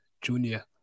Junior